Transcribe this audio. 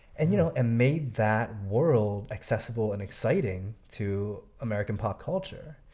and you know made that world accessible and exciting to american pop culture.